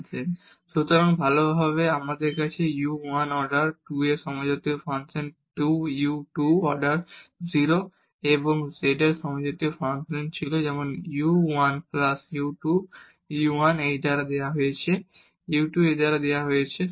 u1xy fHom function of order 2 u2gHom function of order 0 সুতরাং ভালভাবে আমাদের আছে u 1 অর্ডার 2 এর সমজাতীয় ফাংশন 2 u 2 অর্ডার 0 এবং z এর একটি সমজাতীয় ফাংশন ছিল যেমন u 1 প্লাস u 2 u 1 এই দ্বারা দেওয়া হয়েছে u 2 এই দ্বারা দেওয়া হয়েছে